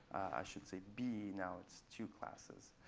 i should say b now. it's two classes.